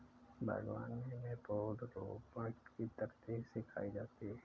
बागवानी में पौधरोपण की तकनीक सिखाई जाती है